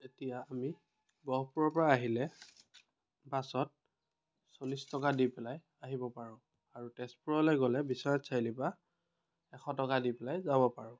এতিয়া আমি গহপুৰৰ পৰা আহিলে বাছত চল্লিছ টকা দি পেলাই আহিব পাৰোঁ আৰু তেজপুৰলৈ গ'লে বিশ্বনাথ চাৰিআলিৰ পৰা এশ টকা দি পেলাই যাব পাৰোঁ